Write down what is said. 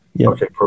Okay